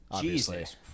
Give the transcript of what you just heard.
Jesus